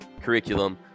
curriculum